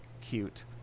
cute